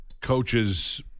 coaches